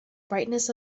brightness